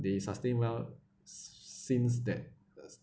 they sustain well since that uh